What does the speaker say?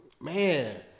man